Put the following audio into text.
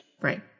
Right